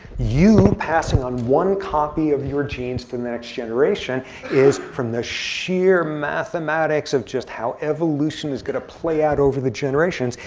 you passing on one copy of your genes to the next generation is, from the sheer mathematics of just how evolution is going to play out over the generations,